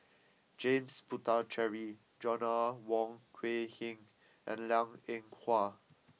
James Puthucheary Joanna Wong Quee Heng and Liang Eng Hwa